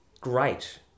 great